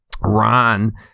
ron